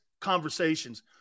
conversations